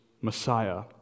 Messiah